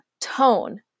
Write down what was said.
tone